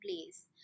place